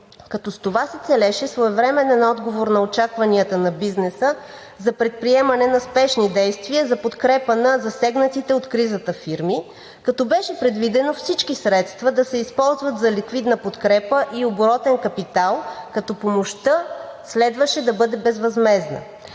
като с това се целеше своевременен отговор на очакванията на бизнеса за предприемане на спешни действия за подкрепа на засегнатите от кризата фирми, като беше предвидено всички средства да се използват за ликвидна подкрепа и оборотен капитал, като помощта следваше да бъде безвъзмездна.